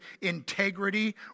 integrity